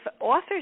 authors